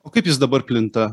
o kaip jis dabar plinta